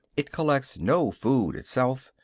it collects no food itself,